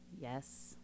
Yes